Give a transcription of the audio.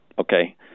Okay